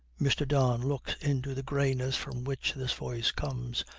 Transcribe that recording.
mr. don looks into the greyness from which this voice comes,